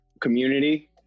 community